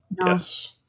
yes